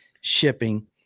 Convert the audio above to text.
shipping